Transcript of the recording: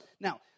Now